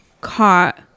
caught